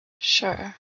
Sure